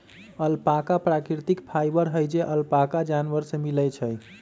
alpaca प्राकृतिक fibre हई जे अल्पाका जानवर से मिलय छइ